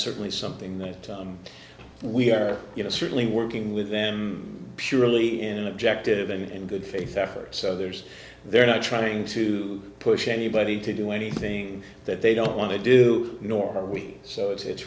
certainly something that we are certainly working with them purely in an objective and good faith effort so there's they're not trying to push anybody to do anything that they don't want to do nor are we so it's